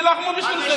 תילחמו בשביל זה.